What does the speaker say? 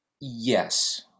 Yes